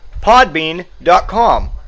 podbean.com